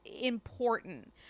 important